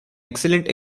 excellent